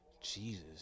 Jesus